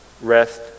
Rest